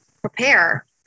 prepare